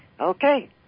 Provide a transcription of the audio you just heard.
Okay